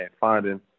finding